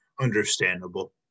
Understandable